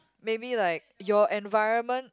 maybe like your environment